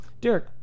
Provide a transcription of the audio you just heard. Derek